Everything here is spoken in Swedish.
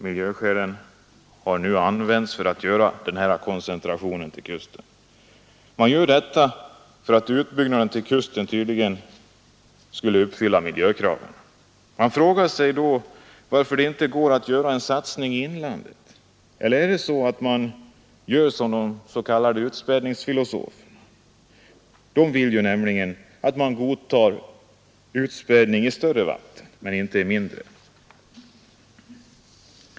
Miljöskälen har nu åberopats för att denna koncentration till kusten skulle genomföras — utbyggnaden till kusten skulle tydligen uppfylla miljökraven. Jag frågar mig då varför det inte går att göra en satsning i inlandet. Är det så att man gör som de s.k. utspädningsfilosoferna? De vill ju att man skall godta utspädning i större vatten men inte i mindre.